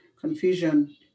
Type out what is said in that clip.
confusion